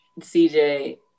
CJ